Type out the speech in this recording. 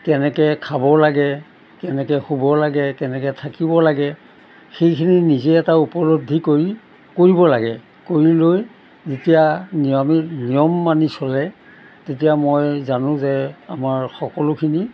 কেনেকৈ খাব লাগে কেনেকৈ শুব লাগে কেনেকৈ থাকিব লাগে সেইখিনি নিজে এটা উপলব্ধি কৰি কৰিব লাগে কৰি লৈ যেতিয়া নিয়মিত নিয়ম মানি চলে তেতিয়া মই জানো যে আমাৰ সকলোখিনি